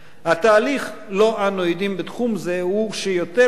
התהליך שלו אנו עדים בתחום זה הוא שיותר ויותר